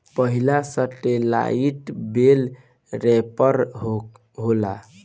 पहिला सेटेलाईट बेल रैपर होला